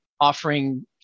offering